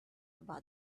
about